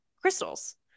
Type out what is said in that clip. crystals